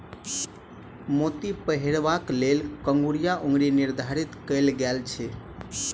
मोती पहिरबाक लेल कंगुरिया अंगुरी निर्धारित कयल गेल अछि